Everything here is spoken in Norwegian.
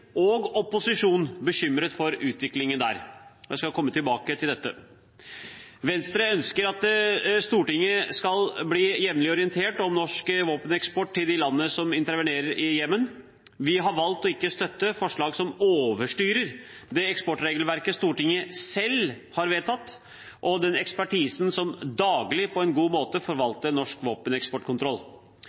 og opposisjonen bekymret for utviklingen der. Jeg skal komme tilbake til dette. Venstre ønsker at Stortinget jevnlig skal bli orientert om norsk våpeneksport til de landene som intervenerer i Jemen. Vi har valgt ikke å støtte forslag som overstyrer det eksportregelverket Stortinget selv har vedtatt, og den ekspertisen som daglig på en god måte forvalter norsk